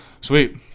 sweet